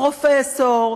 פרופסור,